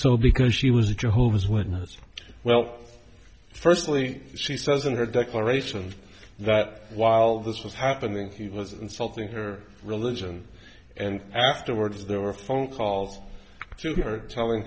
so because she was a jehovah's witness well firstly she says in her declaration that while this was happening he was insulting her religion and afterwards there were phone calls to her telling